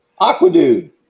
Aquadude